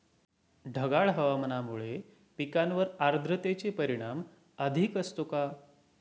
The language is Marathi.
ढगाळ हवामानामुळे पिकांवर आर्द्रतेचे परिणाम अधिक असतो का?